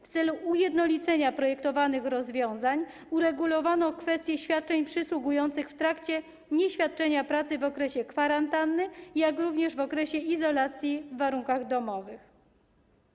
W celu ujednolicenia projektowanych rozwiązań uregulowano kwestię świadczeń przysługujących w trakcie nieświadczenia pracy w okresie kwarantanny, jak również w okresie izolacji w warunkach domowych.